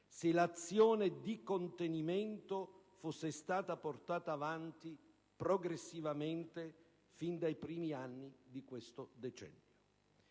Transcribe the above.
se l'azione di contenimento fosse stata portata avanti progressivamente fin dai primi anni di questo decennio.